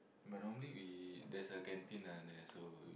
but normally we there's a canteen lah there so